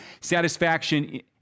satisfaction